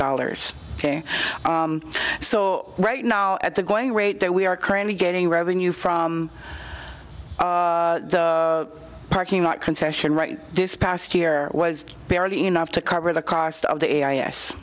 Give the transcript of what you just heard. dollars ok so right now at the going rate that we are currently getting revenue from the parking lot concession right this past year was barely enough to cover the cost of the ai yes